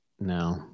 no